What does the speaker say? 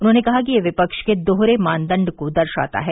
उन्होंने कहा कि यह विपक्ष के दोहरे मानदंड को दर्शाता है